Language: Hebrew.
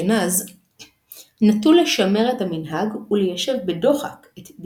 ועלתה השאלה מה דינו של אדם שהגיע למקום חדש והשתקע